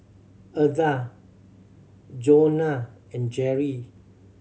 Eartha Jonna and Jerrie